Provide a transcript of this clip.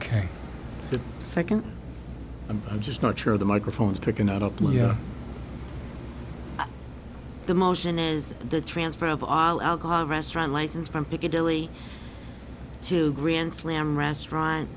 the second i'm just not sure the microphone is picking it up with the motion is the transfer of all alcohol restaurant license from piccadilly to grand slam restaurant